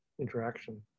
interaction